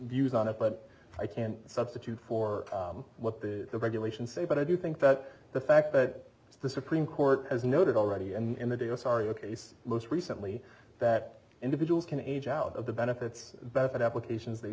views on it but i can't substitute for what the regulations say but i do think that the fact that the supreme court has noted already in the dio sorry a case most recently that individuals can age out of the benefits benefit applications they